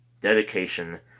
dedication